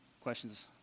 questions